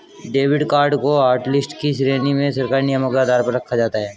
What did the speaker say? debit card को hotlist की श्रेणी में सरकारी नियमों के आधार पर रखा जाता है